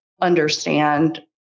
understand